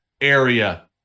area